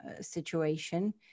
situation